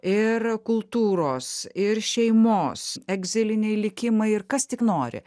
ir kultūros ir šeimos egziliniai likimai ir kas tik nori